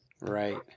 Right